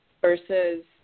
versus